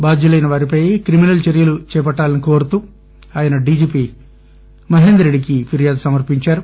బాధ్యులైన వారిపై క్రిమినల్ చర్యలు చేపట్టాలని కోరుతూఆయన డిజిపి మహేందర్ రెడ్డికి ఫిర్యాదు సమర్పించారు